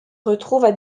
retrouvent